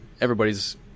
everybody's